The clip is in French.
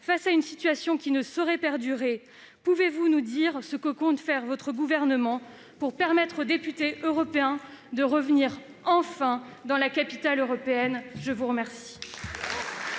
Face à une situation qui ne saurait perdurer, pouvez-vous nous dire ce que compte faire votre gouvernement pour permettre aux députés européens de revenir enfin dans la capitale européenne ? La parole